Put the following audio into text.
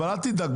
אל תדאג,